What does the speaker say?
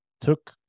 took